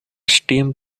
stem